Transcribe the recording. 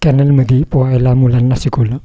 कॅनलमध्ये पोहायला मुलांना शिकवलं